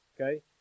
Okay